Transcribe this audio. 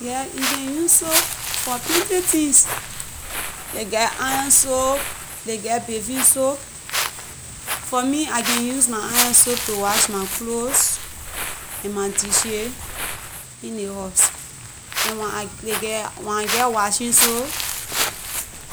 Yeah, you can use soap for plenty things. Ley geh iron soap, ley geh bathing soap, for me I can use my iron soap to watch my clothes and my dishes in ley house, and wen i- ley geh- wen I geh washing soap,